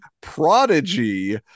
Prodigy